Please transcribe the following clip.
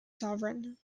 sovereign